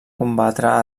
combatre